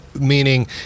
meaning